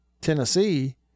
Tennessee